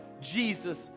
Jesus